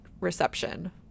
reception